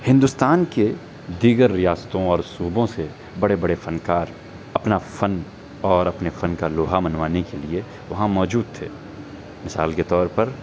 ہندوستان کے دیگر ریاستوں اور صوبوں سے بڑے بڑے فن کار اپنا فن اور اپنے فن کا لوہا منوانے کے لیے وہاں موجود تھے مثال کے طور پر